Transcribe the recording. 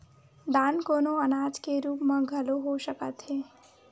दान कोनो अनाज के रुप म घलो हो सकत हे